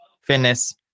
fitness